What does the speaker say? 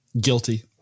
Guilty